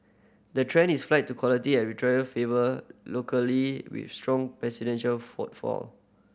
the trend is flight to quality as retailer favour with strong footfall